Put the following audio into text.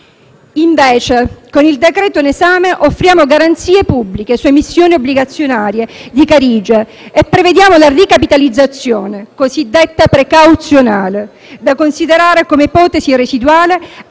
Invece, con il decreto-legge in esame offriamo garanzie pubbliche su emissioni obbligazionarie di Carige e prevediamo la ricapitalizzazione cosiddetta precauzionale, da considerare come ipotesi residuale